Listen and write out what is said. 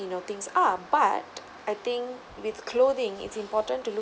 you know things are but I think with clothing it's important to look